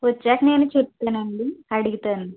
వచ్చాక నేను చెప్తానండి అడుగుతాను